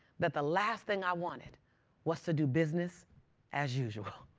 that the last thing i wanted was to do business as usual.